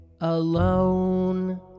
alone